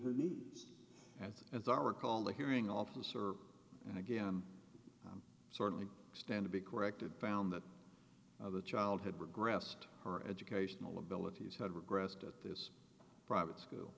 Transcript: her needs as as i recall the hearing officer and again i'm certainly stand to be corrected found that the child had regressed her educational abilities had regressed at this private school